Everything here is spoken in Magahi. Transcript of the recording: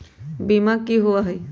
बीमा की होअ हई?